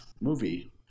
movie